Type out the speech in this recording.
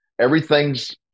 Everything's